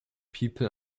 people